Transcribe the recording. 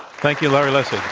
thank you, larry lessig.